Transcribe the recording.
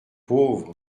pauvre